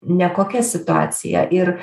nekokia situacija ir